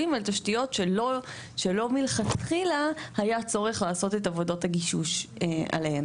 על תשתיות שלא מלכתחילה היה צורך לעשות את עבודות הגישוש עליהן.